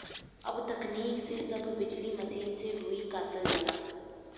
अब तकनीक से सब बिजली मसीन से रुई कातल जाता